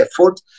effort